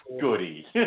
Goody